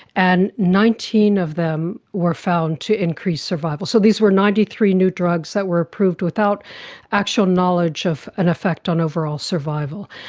and nineteen of them were found to increase survival. so these were ninety three new drugs that were approved without actual knowledge of an effect on overall survival.